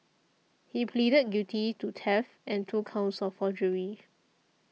he pleaded guilty to theft and two counts of forgery